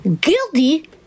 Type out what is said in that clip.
Guilty